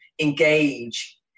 engage